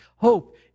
Hope